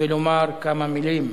ולומר כמה מלים?